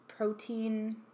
protein